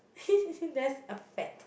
that's a fact